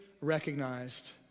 recognized